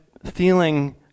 Feeling